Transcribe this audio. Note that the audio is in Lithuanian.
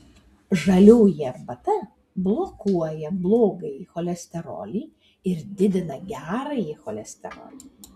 žalioji arbata blokuoja blogąjį cholesterolį ir didina gerąjį cholesterolį